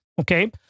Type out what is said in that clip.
Okay